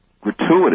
gratuitous